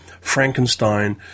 Frankenstein